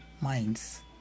minds